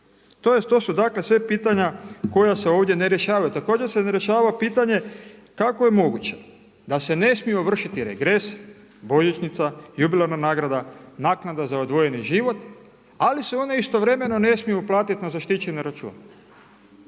To su dakle sve pitanja koja se ovdje ne rješavaju, također se ne rješava pitanje kako je moguće da se ne smiju ovršiti regres, božićnica, jubilarna nagrada, naknada za odvojeni život ali se one istovremeno ne smiju uplatiti na zaštićeni račun.